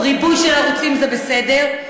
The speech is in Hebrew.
ריבוי של ערוצים זה בסדר,